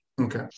Okay